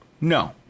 No